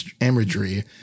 imagery